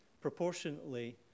Proportionately